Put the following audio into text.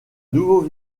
nouveaux